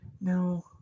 No